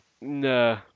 No